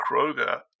Kroger